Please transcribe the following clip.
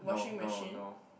no no no